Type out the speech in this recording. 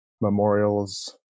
memorials